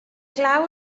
glaw